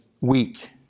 week